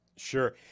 Sure